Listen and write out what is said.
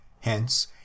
Hence